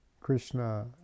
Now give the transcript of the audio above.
Krishna